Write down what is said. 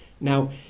Now